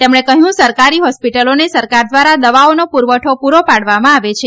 તેમણે કહ્યું સરકારી હોરેસ્પટલોને સરકાર દ્વારા જ દવાઓનો પુરવઠો કરવામાં આવે છે